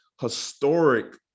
historic